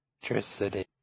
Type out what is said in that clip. Electricity